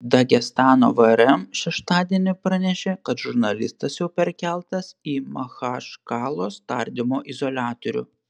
dagestano vrm šeštadienį pranešė kad žurnalistas jau perkeltas į machačkalos tardymo izoliatorių